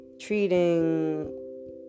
treating